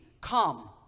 come